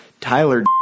Tyler